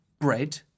bread